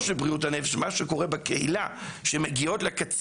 מה שמך?